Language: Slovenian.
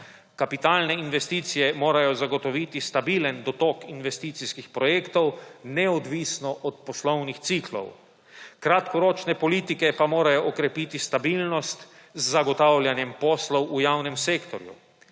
Kapitalne investicije morajo zagotoviti stabilen dotok investicijskih projektov, neodvisno od poslovnih ciklov, kratkoročne politike pa morajo okrepiti stabilnost z zagotavljanjem poslov v javnem sektorju.